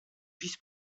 vice